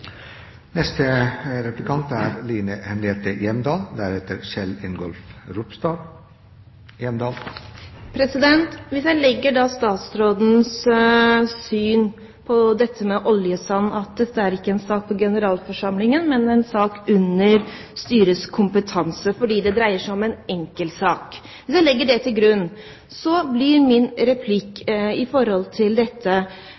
Hvis jeg legger til grunn statsrådens syn på dette med oljesand, at det ikke er en sak for generalforsamlingen, men en sak under styrets kompetanse, fordi det dreier seg om en enkeltsak, blir mitt spørsmål: Da saken var oppe på generalforsamling 19. mai 2009, hvor statens representant tok en aktiv holdning til